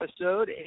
episode